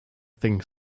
think